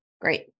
great